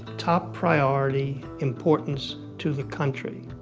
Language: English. top priority importance to the country